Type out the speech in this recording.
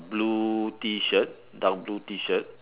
blue T shirt dark blue T shirt